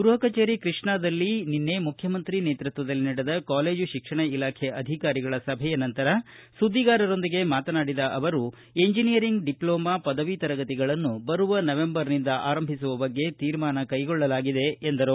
ಗೃಪ ಕಚೇರಿ ಕೃಷ್ಣಾದಲ್ಲಿ ಮುಖ್ಯಮಂತ್ರಿ ನೇತೃತ್ವದಲ್ಲಿ ನಡೆದ ಕಾಲೇಜು ಶಿಕ್ಷಣ ಇಲಾಖೆ ಅಧಿಕಾರಿಗಳ ಸಭೆಯ ಬಳಕ ಸುದ್ದಿಗಾರರೊಂದಿಗೆ ಮಾತನಾಡಿದ ಅವರು ಎಂಜನೀಯರಿಂಗ್ ಡಿಪ್ಲೋಮೋ ಪದವಿ ತರಗತಿಗಳನ್ನು ಬರುವ ನವೆಂಬರ್ನಿಂದ ಆರಂಭಿಸುವ ಬಗ್ಗೆ ತೀರ್ಮಾನ ಕೈಗೊಳ್ಳಲಾಗಿದೆ ಎಂದರು